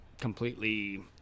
completely